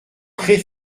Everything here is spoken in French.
très